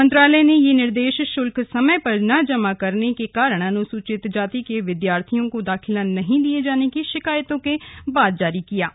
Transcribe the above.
मंत्रालय ने यह निर्देश शुल्क समय पर जमा न करने के कारण अनुसूचित जाति के विद्यार्थियों को दाखिला नहीं दिया जाने की शिकायतों के बाद जारी किया है